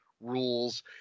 rules